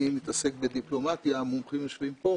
אני מתעסק בדיפלומטיה והמומחים יושבים כאן